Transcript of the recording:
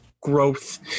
growth